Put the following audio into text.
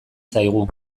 zaigu